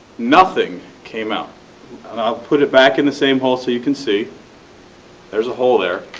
nothing came out. i will put it back in the same hole so you can see there is a hole there.